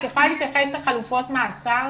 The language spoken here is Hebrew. את יכולה להתייחס לחלופות מעצר?